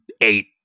eight